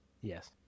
yes